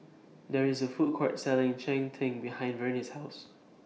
There IS A Food Court Selling Cheng Tng behind Vernie's House